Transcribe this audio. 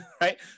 right